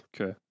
Okay